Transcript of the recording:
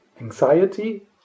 anxiety